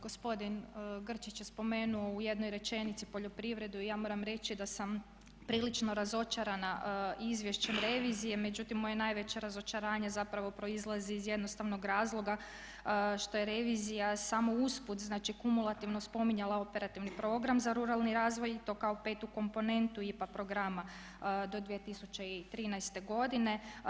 Gospodin Grčić je spomenuo u jednoj rečenici poljoprivredu i ja moram reći da sam prilično razočarana izvješćem revizije, međutim moje najveće razočaranje zapravo proizlazi iz jednostavnog razloga što je revizija samo usput znači kumulativno spominjala operativni program za ruralni razvoj i to kao petu komponentu IPA programa do 2013.godine.